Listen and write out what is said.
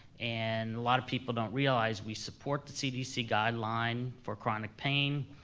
and a lot of people don't realize we support the cdc guideline for chronic pain.